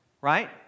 right